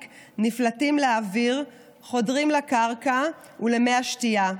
נפלטים לאוויר וחודרים לקרקע ולמי השתייה.